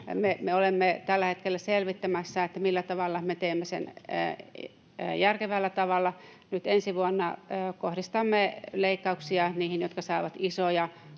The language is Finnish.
olemme tällä hetkellä selvittämässä, millä tavalla me teemme sen järkevällä tavalla. Nyt ensi vuonna kohdistamme leikkauksia niihin, jotka saavat isoja